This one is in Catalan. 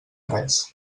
res